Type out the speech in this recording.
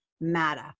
matter